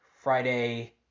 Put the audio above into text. Friday